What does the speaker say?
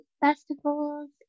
festivals